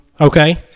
Okay